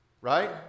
Right